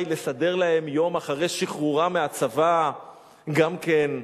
לסדר להם יום אחרי שחרורם מהצבא גם כן,